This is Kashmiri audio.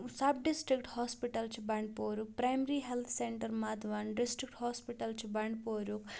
سَب ڈِسٹرٛکٹ ہاسپِٹَل چھِ بنڈپورُک پرٛایمری ہیلٕتھ سینٹَر مَدوَن ڈِسٹرٛک ہاسپِٹَل چھِ بنڈپوریُٚک